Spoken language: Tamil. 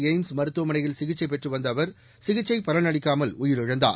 எய்ம்ஸ் மருத்துவமனையில் சிகிச்சை பெற்று வந்த அவர் சிகிச்சை பலனளிக்காமல் உயிரிழந்தார்